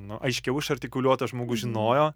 nu aiškiau išartikuliuotas žmogus žinojo